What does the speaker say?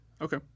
Okay